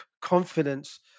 confidence